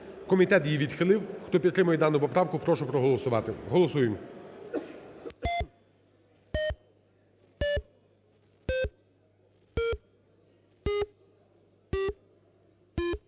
Комітет її відхилив. Хто підтримує ану поправку, прошу проголосувати. Голосуємо.